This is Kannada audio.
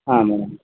ಹಾಂ ಮೇಡಮ್